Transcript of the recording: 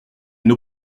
une